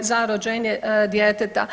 za rođenje djeteta.